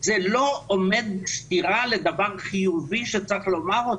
זה לא עומד בסתירה לדבר חיובי שצריך לומר אותו,